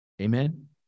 Amen